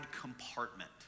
compartment